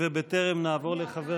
בטרם נעבור לחבר